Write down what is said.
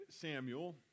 Samuel